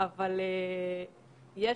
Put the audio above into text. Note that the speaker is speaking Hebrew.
הכללים